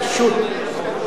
אני בא בלילה, אני מודיע לכם.